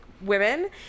women